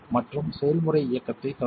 மற்றும் செயல்முறை இயக்கத்தைத் தொடங்கவும்